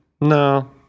no